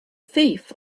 thief